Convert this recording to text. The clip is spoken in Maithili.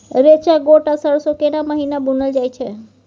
रेचा, गोट आ सरसो केना महिना बुनल जाय छै?